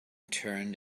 turned